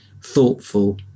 thoughtful